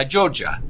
Georgia